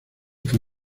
fue